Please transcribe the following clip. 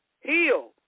Heal